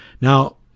Now